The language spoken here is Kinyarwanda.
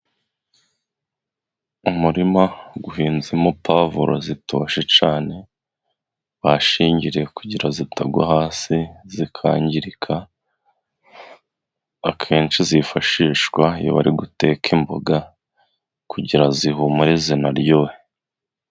Umurima uhinzemo pavuro zitoshye cyane bashingiriye kugira zitagwa hasi zikangirika akenshi zifashishwa iyo bari guteka imboga kugira zihumure zinaryohe.